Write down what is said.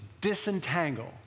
disentangle